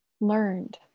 learned